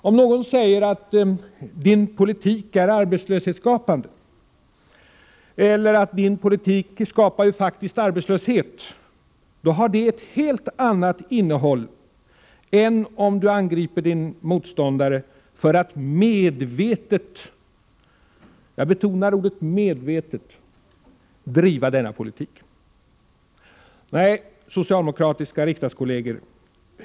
Om någon säger ”din politik är arbetslöshetsskapande” eller ”din politik skapar faktiskt arbetslöshet” — då har det ett helt annat innehåll än om du angriper din motståndare för att medvetet — jag betonar ordet medvetet — driva den politiken. Nej, socialdemokratiska riksdagskolleger!